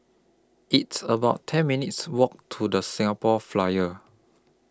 It's about ten minutes' Walk to The Singapore Flyer